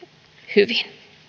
hyvin